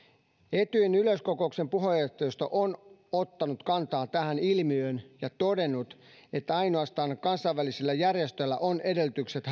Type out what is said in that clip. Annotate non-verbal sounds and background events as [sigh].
etyjin yleiskokouksen puheenjohtajisto on ottanut kantaa tähän ilmiöön ja todennut että ainoastaan kansainvälisillä järjestöillä on edellytykset [unintelligible]